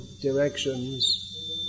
directions